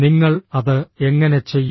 നിങ്ങൾ അത് എങ്ങനെ ചെയ്യും